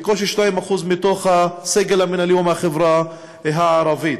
בקושי 2% מתוך הסגל המינהלי הוא מהחברה הערבית.